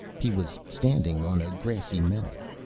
he was standing on a grassy meadow.